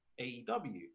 AEW